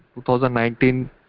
2019